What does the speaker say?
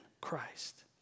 Christ